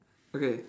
okay